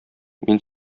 мин